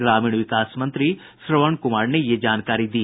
ग्रामीण विकास मंत्री श्रवण कुमार ने यह जानकारी दी